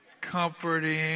comforting